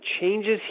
changes